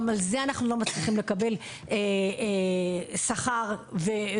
גם על זה אנחנו לא מצליחים לקבל שכר ותגבור.